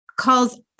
calls